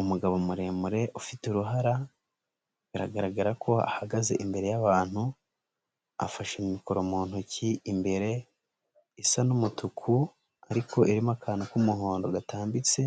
Umugabo muremure ufite uruhara biragaragara ko ahagaze imbere y'abantu, afashe mikoro mu ntoki imbere isa n'umutuku ariko irimo akantu k'umuhondo gatambitse,